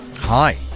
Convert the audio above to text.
Hi